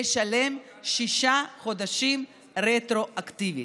לשלם שישה חודשים רטרואקטיבית.